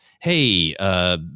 hey